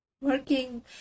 working